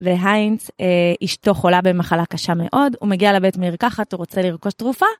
והיינס, אשתו חולה במחלה קשה מאוד, הוא מגיע לבית מרקחת, הוא רוצה לרכוש תרופה.